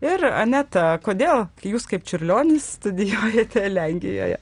ir aneta kodėl jūs kaip čiurlionis studijuojate lenkijoje